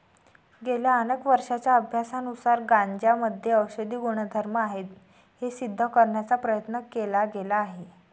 गेल्या अनेक वर्षांच्या अभ्यासानुसार गांजामध्ये औषधी गुणधर्म आहेत हे सिद्ध करण्याचा प्रयत्न केला गेला आहे